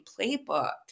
playbook